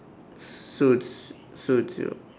so it's so it's you